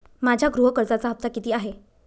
माझ्या गृह कर्जाचा हफ्ता किती आहे?